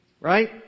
Right